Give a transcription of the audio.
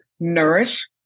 nourish